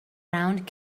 round